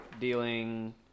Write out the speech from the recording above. dealing